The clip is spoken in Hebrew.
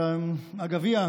הגביע,